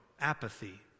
apathy